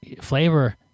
flavor